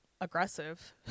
aggressive